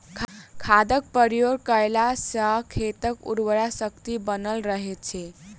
खादक प्रयोग कयला सॅ खेतक उर्वरा शक्ति बनल रहैत छै